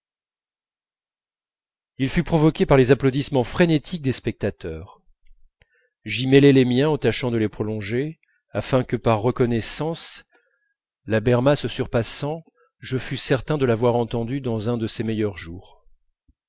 il fut provoqué par les applaudissements frénétiques des spectateurs j'y mêlai les miens en tâchant de les prolonger afin que par reconnaissance la berma se surpassant je fusse certain de l'avoir entendue dans un de ses meilleurs jours